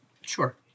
sure